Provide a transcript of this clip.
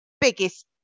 biggest